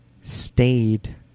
stayed